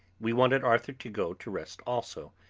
we wanted arthur to go to rest also,